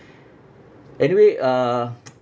anyway uh